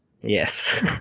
Yes